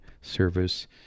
service